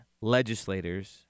legislators